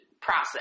process